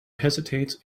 hesitates